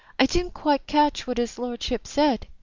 i didn't quite catch what his lordship said.